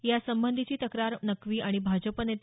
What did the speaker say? यासंबंधीची तक्रार नक्की आणि भाजपा नेते